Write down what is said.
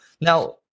Now